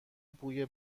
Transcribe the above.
بوی